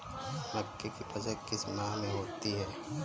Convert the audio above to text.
मक्के की फसल किस माह में होती है?